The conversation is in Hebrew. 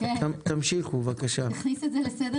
האישור העקרוני.